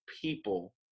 people